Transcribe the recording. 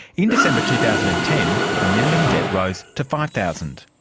in december two thousand and ten, the minimum debt rose to five thousand